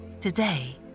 Today